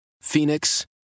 Phoenix